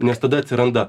nes tada atsiranda